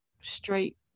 straight